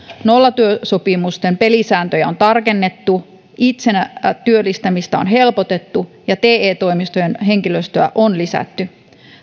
nollatyösopimusten pelisääntöjä on tarkennettu itsensä työllistämistä on helpotettu ja te toimistojen henkilöstöä on lisätty